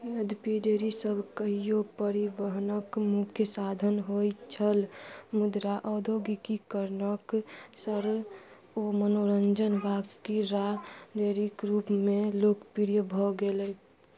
यद्यपि डेयरीसब कहिओ परिवहनके मुख्य साधन होइत छल मुदा औद्योगिकीकरणके सङ्ग ओ मनोरञ्जन वा क्रीड़ा डेयरीके रूपमे लोकप्रिय भऽ गेलै